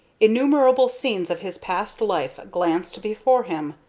innumerable scenes of his past life glanced before him,